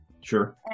sure